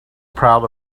proud